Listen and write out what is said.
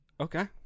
okay